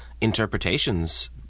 interpretations